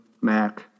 Mac